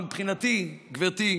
אבל מבחינתי, גברתי,